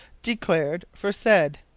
declared for said.